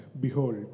behold